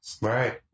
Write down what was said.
Right